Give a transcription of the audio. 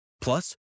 Plus